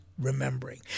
remembering